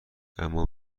اما